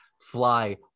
fly